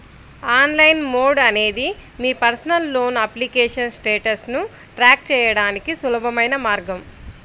online mode అనేది మీ personal loan application స్టేటస్ను ట్రాక్ చేయడానికి సులభమైన మార్గం